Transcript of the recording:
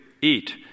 Eat